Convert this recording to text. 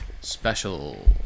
special